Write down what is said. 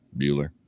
Bueller